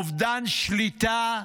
אובדן שליטה,